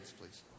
please